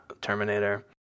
Terminator